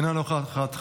אינה נוכחת,